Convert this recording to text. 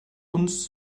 uns